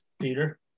Peter